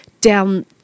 down